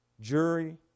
jury